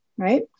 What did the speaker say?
Right